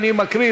יצחק